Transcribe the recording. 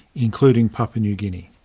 including papua new guinea.